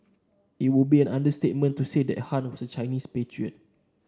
it would be an understatement to say that Han was a Chinese patriot